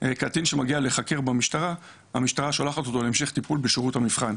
קטין שמגיע להיחקר במשטרה המשטרה שולחת אותו להמשך טיפול בשירות המבחן.